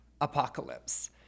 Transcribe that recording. apocalypse